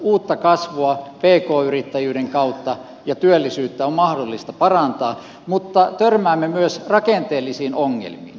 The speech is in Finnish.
uutta kasvua pk yrittäjyyden kautta ja työllisyyttä on mahdollista parantaa mutta törmäämme myös rakenteellisiin ongelmiin